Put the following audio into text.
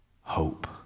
hope